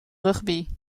rugby